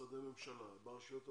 במשרדי ממשלה, ברשויות המקומיות,